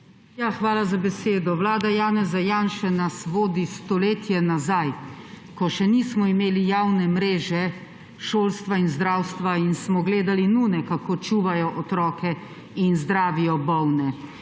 Hvala za besedo. Vlada Janeza Janše nas vodi stoletje nazaj, ko še nismo imeli javne mreže šolstva in zdravstva in smo gledali nune, kako čuvajo otroke in zdravijo bolne.